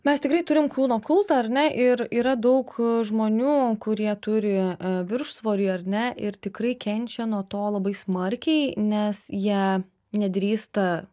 mes tikrai turim kūno kultą ar ne ir yra daug žmonių kurie turi viršsvorį ar ne ir tikrai kenčia nuo to labai smarkiai nes jie nedrįsta